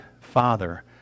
father